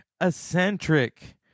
eccentric